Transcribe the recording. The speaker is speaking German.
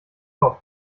auf